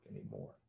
anymore